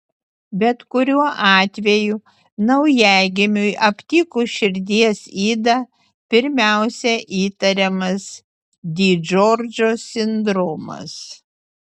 bet kuriuo atveju naujagimiui aptikus širdies ydą pirmiausia įtariamas di džordžo sindromas